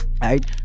right